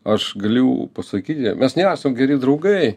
aš galiu pasakyti mes nesam geri draugai